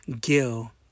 Gil